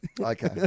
Okay